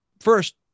First